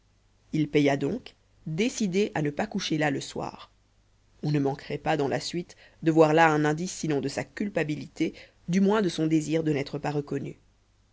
il paya donc décidé à ne pas coucher là le soir on ne manquerait pas dans la suite de voir là un indice sinon de sa culpabilité du moins de son désir de n'être pas reconnu